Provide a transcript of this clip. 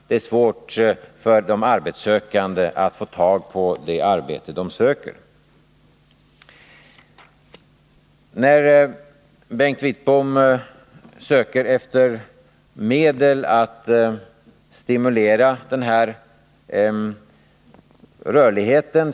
Det är också svårt för arbetssökande att få tag på det arbete som de söker. Bengt Wittbom efterlyser medel för att stimulera den här rörligheten.